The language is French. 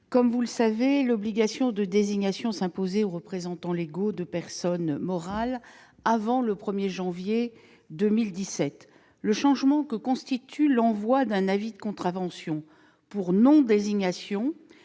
Comme vous le savez, l'obligation de désignation s'imposait déjà aux représentants légaux de personnes morales avant le 1 janvier 2017. Le changement que constitue l'envoi d'un avis de contravention pour non-désignation